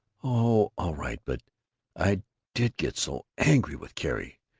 oh, all right but i did get so angry with carrie.